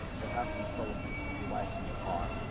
you'll have to install a bluetooth device in your car.